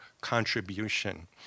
contribution